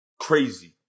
Crazy